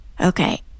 Okay